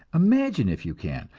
imagine, if you can,